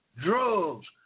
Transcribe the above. Drugs